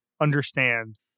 understand